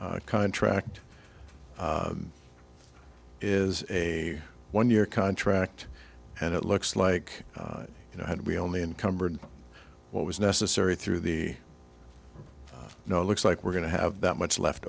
contract is a one year contract and it looks like you know had we only encumbered what was necessary through the no looks like we're going to have that much left